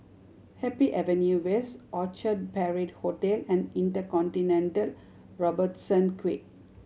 Happy Avenue West Orchard Parade Hotel and InterContinental Robertson Quay